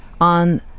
on